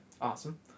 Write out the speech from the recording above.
awesome